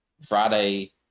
Friday